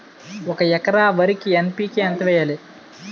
ఒక ఎకర వరికి ఎన్.పి.కే ఎంత వేయాలి?